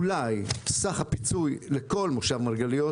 אולי סך הפיצוי לכל מושב מרגליות,